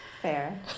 Fair